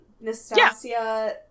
Nastasia